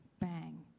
Bang